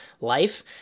life